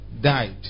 died